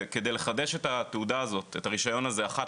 כדי לחדש את התעודה או את הרישיון הזה אחת